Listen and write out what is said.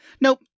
nope